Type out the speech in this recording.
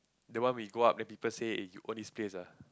the one we go up then people say eh you own this place ah